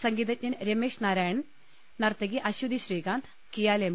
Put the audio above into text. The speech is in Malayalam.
സംഗീതജ്ഞൻ രമേശ് നാരായണൻ നർത്തകി അശ്വതി ശ്രീകാന്ത് കിയാൽ എം